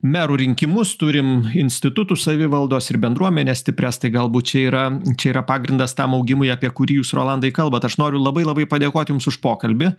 merų rinkimus turim institutus savivaldos ir bendruomenes stiprias tai galbūt čia yra čia yra pagrindas tam augimui apie kurį jūs rolandai kalbat aš noriu labai labai padėkot jums už pokalbį